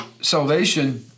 salvation